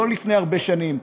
לא לפני הרבה שנים,